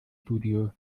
studio